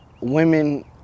women